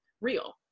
real